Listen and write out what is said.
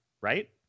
right